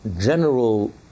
general